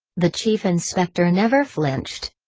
the chief inspector never flinched.